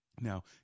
Now